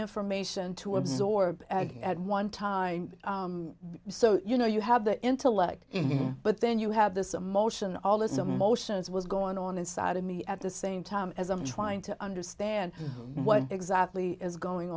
information to absorb at one time so you know you have the intellect but then you have this emotion all this emotion is was going on inside of me at the same time as i'm trying to understand what exactly is going